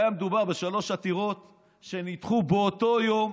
היה מדובר בשלוש עתירות שנדחו באותו היום,